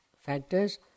factors